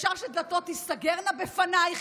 אפשר שדלתות תיסגרנה בפנייך,